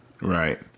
Right